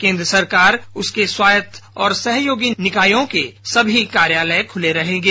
केन्द्र सरकार उसके स्वायत्त और सहयोगी निकायों के सभी कार्यालय खुले रहेंगे